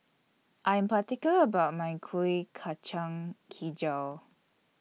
I Am particular about My Kuih Kacang Hijau